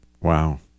wow